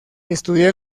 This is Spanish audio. estudió